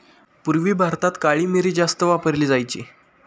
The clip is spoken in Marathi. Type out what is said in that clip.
पूर्वी भारतात काळी मिरी जास्त वापरली जायची